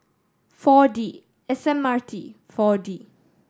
Four D S M R T Four D